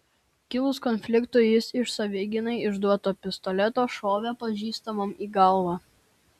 kilus konfliktui jis iš savigynai išduoto pistoleto šovė pažįstamam į galvą